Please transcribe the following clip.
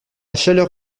chaleur